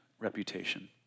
reputation